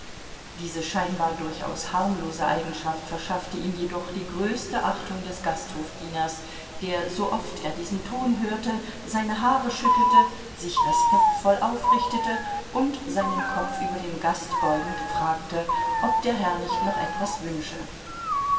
diese scheinbar durchaus harmlose eigenschaft verschaffte ihm jedoch die größte achtung des gasthofdieners der sooft er diesen ton hörte seine haare schüttelte sich respektvoll aufrichtete und seinen kopf über den gast beugend fragte ob der herr nicht noch etwas wünsche